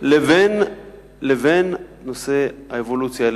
לבין נושא האבולוציה.